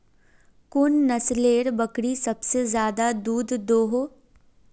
कुन नसलेर बकरी सबसे ज्यादा दूध दो हो?